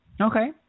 Okay